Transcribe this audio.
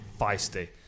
feisty